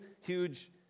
huge